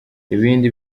ibindi